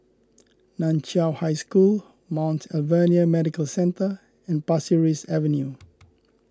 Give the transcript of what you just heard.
Nan Chiau High School Mount Alvernia Medical Centre and Pasir Ris Avenue